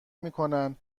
میکنن